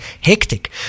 hectic